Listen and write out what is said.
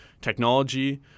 technology